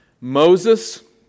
Moses